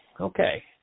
Okay